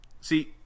See